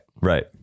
Right